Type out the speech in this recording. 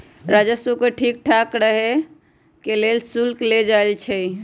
राजस्व के ठीक ठाक रहे के लेल शुल्क लेल जाई छई